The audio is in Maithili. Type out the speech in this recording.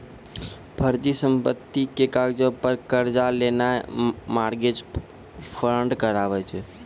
फर्जी संपत्ति के कागजो पे कर्जा लेनाय मार्गेज फ्राड कहाबै छै